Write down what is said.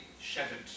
shattered